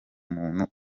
umuntu